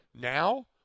now